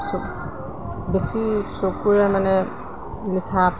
চকু বেছি চকুৰে মানে লিখাত